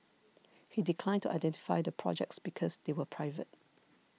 he declined to identify the projects because they were private